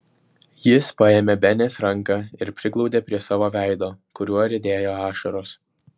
jis paėmė benės ranką ir priglaudė prie savo veido kuriuo riedėjo ašaros